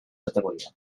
categoria